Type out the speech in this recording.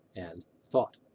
and thought.